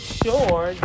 sure